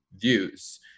views